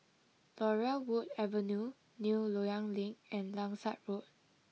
Laurel Wood Avenue New Loyang Link and Langsat Road